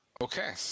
Okay